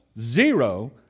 Zero